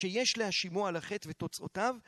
שיש להשימו על החטא ותוצאותיו